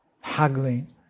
haggling